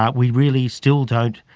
ah we really still don't,